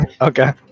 okay